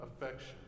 affection